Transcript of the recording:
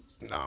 No